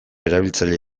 erabiltzaile